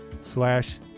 slash